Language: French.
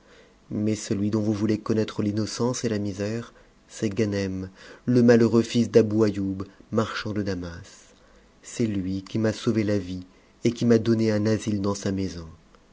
mais celui dont vous voulez connaître l'innocence et la misère c'est ganem le malheureux fils d'abou aîoub marchand de damas c'est lui qui m'a sauvé la vie et qui m'a donné un asite dans sa maison